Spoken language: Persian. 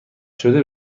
شده